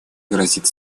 грозит